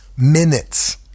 Minutes